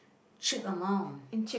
cheap amount